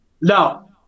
No